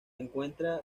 encuentra